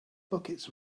buckets